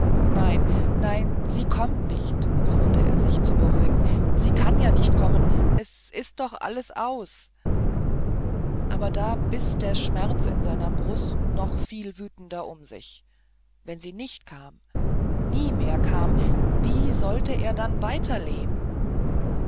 nein nein sie kommt nicht suchte er sich zu beruhigen sie kann ja nicht kommen es ist doch alles aus aber da biß der schmerz in seiner brust noch viel wütender um sich wenn sie nicht kam nie mehr kam wie sollte er dann weiterleben